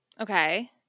Okay